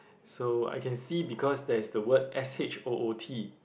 so I can see because there is the word S_H_O_O_T